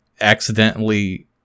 accidentally